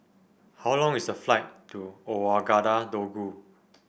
how long is a flight to Ouagadougou